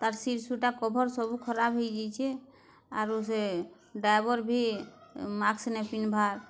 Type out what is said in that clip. ତାର୍ ସିଟ୍ ସୁଟା କଭର୍ ସବୁ ଖରାପ ହେଇଯାଇଛି ଆରୁ ସେ ଡାବର୍ ବି ମାସ୍କ ନାଇ ପିନ୍ଧିବା